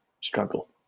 struggle